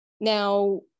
Now